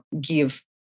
give